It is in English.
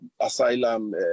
asylum